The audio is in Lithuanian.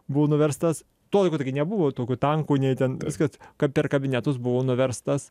buvo nuverstas tuo laiku taigi nebuvo tokių tankų nei ten kad kad per kabinetus buvo nuverstas